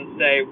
say